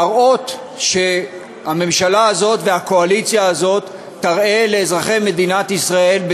להראות שהממשלה הזאת והקואליציה הזאת יראו לאזרחי מדינת ישראל,